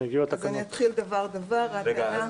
אני אתחיל דבר-דבר --- הינה, הגיעו התקנות.